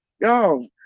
Yo